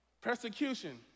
Persecution